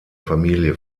familie